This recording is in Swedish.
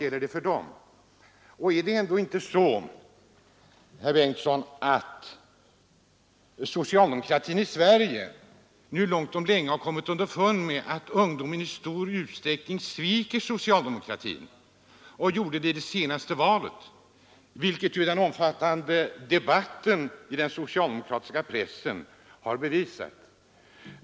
Är det ändå inte så, herr Bengtsson, att socialdemokratin i Sverige nu långt om länge har kommit underfund med att ungdomen i stor utsträckning sviker socialdemokratin? Den gjorde det i det senaste valet, vilket den omfattande debatten i den socialdemokratiska pressen har bevisat.